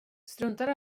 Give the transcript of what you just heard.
struntar